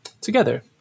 Together